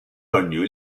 connu